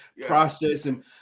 processing